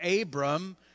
Abram